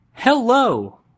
Hello